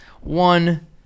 one